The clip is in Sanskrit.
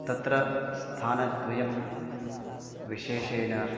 तत्र स्थानद्वयं विशेषेण